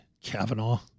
Kavanaugh